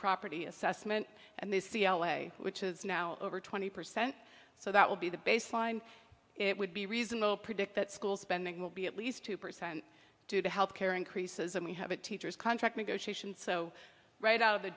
property assessment and the c l a which is now over twenty percent so that will be the baseline it would be reasonable predict that school spending will be at least two percent due to health care increases and we have a teacher's contract negotiations so right out